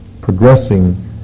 progressing